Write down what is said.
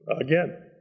again